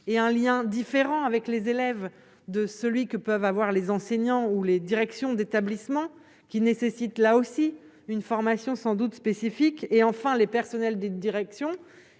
et un lien différent avec les élèves de celui que peuvent avoir les enseignants ou les directions d'établissement qui nécessite là aussi une formation sans doute spécifique et enfin les personnels de direction